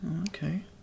Okay